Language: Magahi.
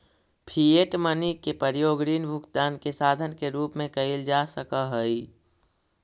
फिएट मनी के प्रयोग ऋण भुगतान के साधन के रूप में कईल जा सकऽ हई